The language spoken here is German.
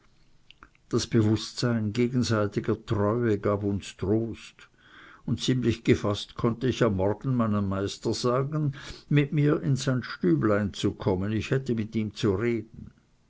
das bewußtsein gegenseitiger treue gab uns trost und ziemlich gefaßt konnte ich am morgen meinem meister sagen mit mir in sein stüblein zu kommen ich hätte mit ihm zu reden